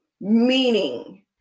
meaning